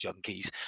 junkies